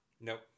Nope